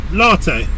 latte